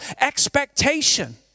expectation